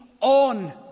on